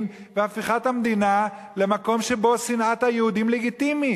והפיכת המדינה למקום שבו שנאת היהודים לגיטימית.